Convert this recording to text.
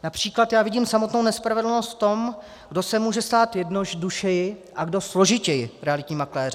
Například já vidím samotnou nespravedlnost v tom, kdo se může stát jednodušeji a kdo složitěji realitním makléřem.